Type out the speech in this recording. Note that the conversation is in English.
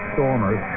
Stormers